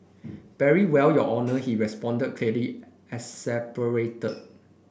very well your honour he responded clearly exasperated